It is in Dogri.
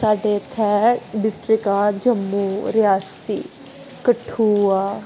साढ़े इ'त्थें डिस्ट्रिक्टां जम्मू रियासी कठुआ